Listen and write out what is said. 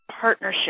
Partnership